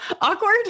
Awkward